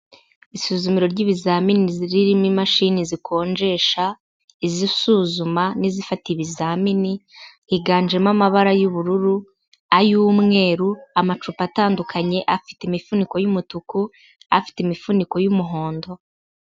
Isuzumiro ry'ibizamini ririmo imashini zikonjesha, izisuzuma n'izifata ibizamini, higanjemo amabara y'ubururu, ay'umweru, amacupa atandukanye, afite imifuniko y'umutuku, afite imifuniko y'umuhondo.